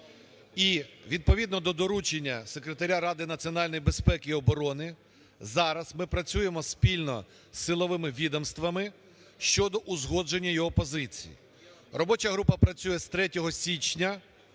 і відповідно до доручення Секретаря Ради національної безпеки і оборони зараз ми працюємо спільно з силовими відомствами щодо узгодження його позицій. Робоча група працює з 3 січня,